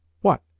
What